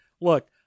look